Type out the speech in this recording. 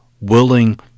willing